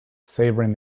savouring